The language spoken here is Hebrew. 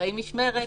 לאחראי משמרת,